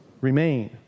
remain